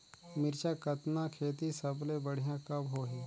मिरचा कतना खेती सबले बढ़िया कब होही?